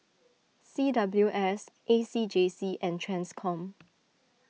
C W S A C J C and Transcom